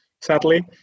sadly